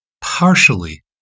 partially